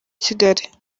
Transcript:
kigali